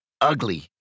ugly